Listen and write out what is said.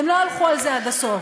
הן לא הלכו עם זה עד הסוף.